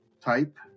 type